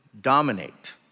dominate